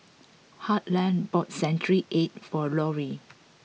Harland bought Century Egg for Lori